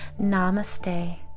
Namaste